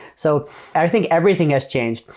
so i think everything has changed.